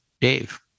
Dave